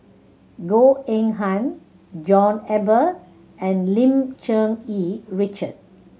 Goh Eng Han John Eber and Lim Cherng Yih Richard